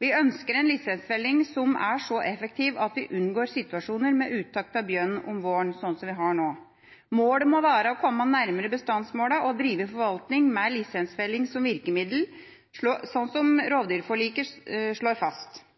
vi ønsker en lisensfelling som er så effektiv at vi unngår situasjoner med uttak av bjørn om våren, slik som vi har nå. Målet må være å komme nærmere bestandsmålene og drive en forvaltning med lisensfelling som virkemiddel, slik som rovdyrforliket slår fast.